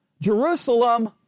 Jerusalem